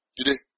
Today